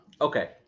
Okay